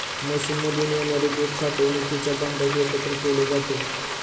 मशीनमधून येणारे दूध साठवणुकीच्या भांड्यात एकत्र केले जाते